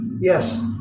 yes